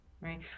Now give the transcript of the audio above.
right